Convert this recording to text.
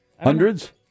Hundreds